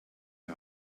die